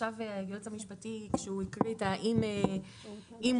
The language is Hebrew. עכשיו כשהיועץ המשפטי הקריא את המילים "אם